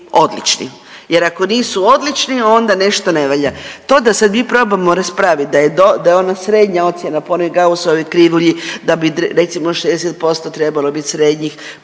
odlični jer ako nisu odlični onda nisu ne valja. To da sad mi probamo raspravit da je ona srednja ocjena po onoj Gussovoj krivulji da bi recimo 60% trebalo biti srednjih,